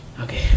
Okay